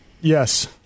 Yes